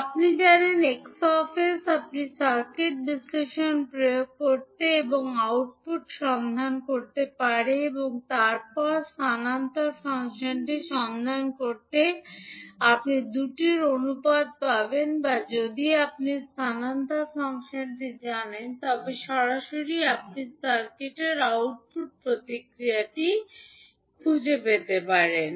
আপনি জানেন 𝑋 𝑠 আপনি সার্কিট বিশ্লেষণ প্রয়োগ করতে এবং আউটপুট সন্ধান করতে পারে এবং তারপরে স্থানান্তর ফাংশনটি সন্ধান করতে আপনি দুটির অনুপাত পাবেন বা যদি আপনি স্থানান্তর ফাংশনটি জানেন তবে সরাসরি আপনি সার্কিটের আউটপুট প্রতিক্রিয়া খুঁজে পেতে পারেন